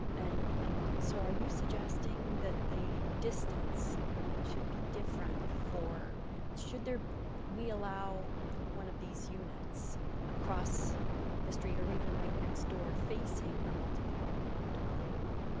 and and so are you suggesting that the distance should be different for should we allow one of these units across the street or even right next door facing a multi-family dwelling unit?